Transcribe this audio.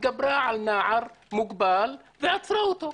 התגברה על נער מוגבל ועצרה אותו.